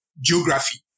geography